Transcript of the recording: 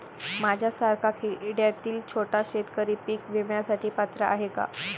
माझ्यासारखा खेड्यातील छोटा शेतकरी पीक विम्यासाठी पात्र आहे का?